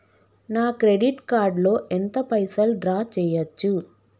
నా credit card లో ఎంత పైసల్ డ్రా చేయచ్చు?